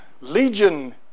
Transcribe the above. Legion